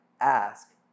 ask